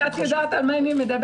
ואת יודעת על מה אני מדברת,